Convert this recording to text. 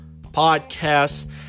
podcasts